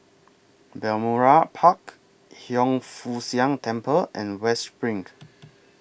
Balmoral Park Hiang Foo Siang Temple and West SPRING